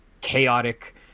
chaotic